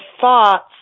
thoughts